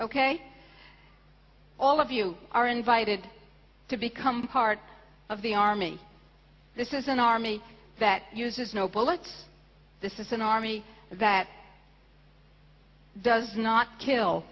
ok all of you are invited to become part of the army this is an army that uses no bullets this is an army that does not kill